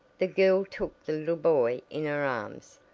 the girl took the little boy in her arms.